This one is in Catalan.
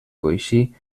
coixí